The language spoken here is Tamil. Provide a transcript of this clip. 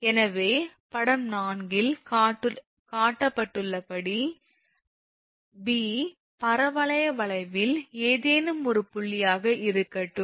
எனவே படம் நான்கில் காட்டப்பட்டுள்ளபடி b பரவளைய வளைவில் ஏதேனும் ஒரு புள்ளியாக இருக்கட்டும்